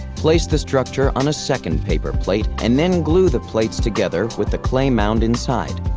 place the structure on a second paper plate, and then glue the plates together with the clay mound inside.